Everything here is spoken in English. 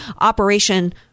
Operation